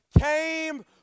came